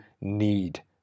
need